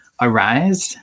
arise